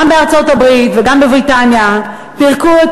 גם בארצות-הברית וגם בבריטניה פירקו את